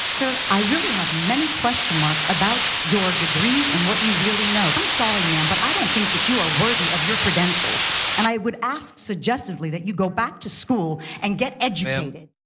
i really have many question marks about your degrees and what you really know. i'm sorry, ma'am, but i don't think that you are worthy of your credentials, and i would ask, suggestively, that you go back to school and get educated!